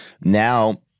now